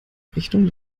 richtung